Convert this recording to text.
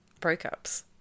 breakups